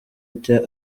ijya